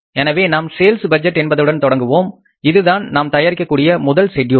எனவே நாம் sales budget என்பதுடன் தொடங்குவோம் இதுதான் நாம் தயாரிக்கக்கூடிய முதல் ஷெட்யூல்